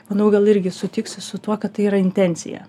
manau gal irgi sutiksi su tuo kad tai yra intencija